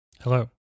Hello